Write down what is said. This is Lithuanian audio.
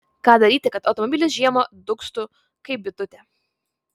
ką daryti kad automobilis žiemą dūgztų kaip bitutė